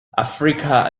africa